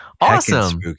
Awesome